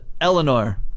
Eleanor